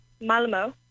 Malmo